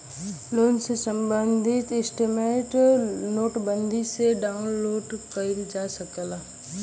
loan से सम्बंधित statement net banking से डाउनलोड किहल जा सकला